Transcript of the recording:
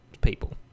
people